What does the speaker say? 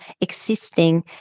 existing